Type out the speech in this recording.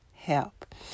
help